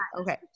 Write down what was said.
okay